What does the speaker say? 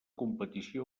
competició